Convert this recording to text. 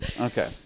Okay